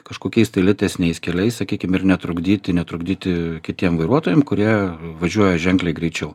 kažkokiais tai lėtesniais keliais sakykim ir netrukdyti netrukdyti kitiem vairuotojam kurie važiuoja ženkliai greičiau